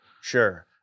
Sure